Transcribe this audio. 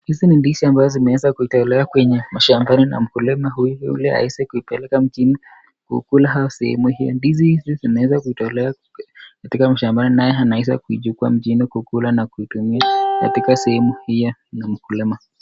Hizi ni ndizi ambazo zinaweza kuitolewa kwenye mashamba na mkulima huyu yule, ili aweze kupeleka mjini, kula au sehemu hii. Ndizi hizi zinaweza kuitolewa katika mashambani naye anaweza kuichukua mjini, kula na kuitumia katika sehemu hii ya mkulima.